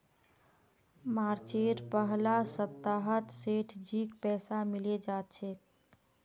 मार्चेर पहला सप्ताहत सेठजीक पैसा मिले जा तेक